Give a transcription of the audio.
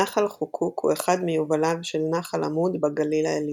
נחל חוקוק הוא אחד מיובליו של נחל עמוד בגליל העליון.